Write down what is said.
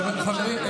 חברי הכנסת,